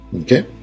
okay